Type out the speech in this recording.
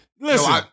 Listen